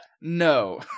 No